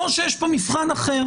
או שיש פה מבחן אחר.